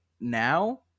now